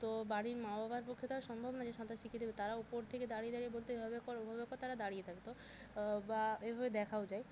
তো বাড়ির মা বাবার পক্ষে তো আর সম্ভব নয় যে সাঁতার শিখিয়ে দেবে তারা ওপর থেকে দাঁড়িয়ে দাঁড়িয়ে বলতো এভাবে কর ওভাবে কর তারা দাঁড়িয়ে থাকতো বা এভাবে দেখাও যায়